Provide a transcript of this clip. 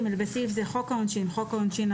בסעיף זה "חוק העונשין" חוק העונשין,